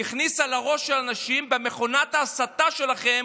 הכניסה לראש של האנשים במכונת ההסתה שלכם